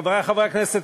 חברי חברי הכנסת,